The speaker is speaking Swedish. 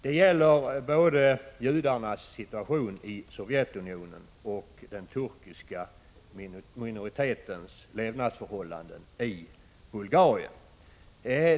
Det gäller både i fråga om judarnas situation i Sovjetunionen och i fråga om den turkiska minoritetens levnadsförhållanden i Bulgarien.